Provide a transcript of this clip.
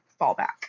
fallback